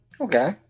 Okay